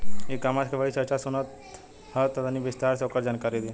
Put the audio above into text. ई कॉमर्स क बड़ी चर्चा सुनात ह तनि विस्तार से ओकर जानकारी दी?